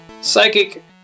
Psychic